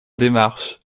démarche